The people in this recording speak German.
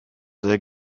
sehr